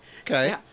okay